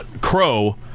Crow